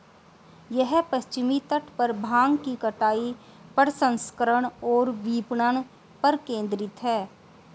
यह पश्चिमी तट पर भांग की कटाई, प्रसंस्करण और विपणन पर केंद्रित है